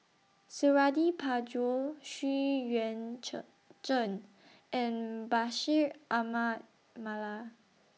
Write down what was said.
Suradi Parjo Xu Yuan Zhen and Bashir Ahmad Mallal